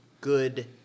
...good